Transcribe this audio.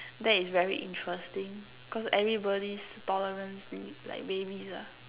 that is very interesting cause everybody's tolerance like varies lah